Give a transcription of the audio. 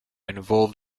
involved